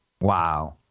Wow